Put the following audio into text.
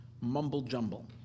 mumble-jumble